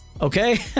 okay